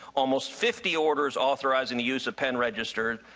almost fifty orders authorizing the use of pen registered,